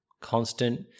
constant